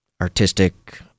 artistic